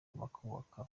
bakubaka